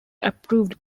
approved